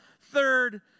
third